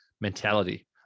mentality